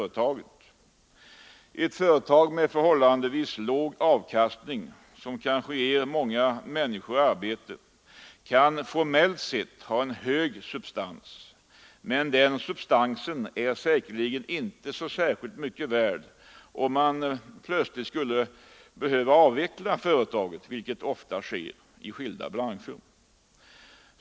Ett företag med förhållandevis låg avkastning, som kanske ger många människor arbete, kan formellt ha en hög ”substans”. Men den ”substansen” är säkerligen inte mycket värd om man plötsligt skulle tvingas avveckla företaget, vilket ofta sker i skilda branscher.